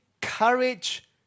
courage